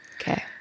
okay